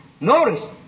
Notice